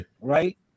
Right